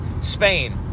Spain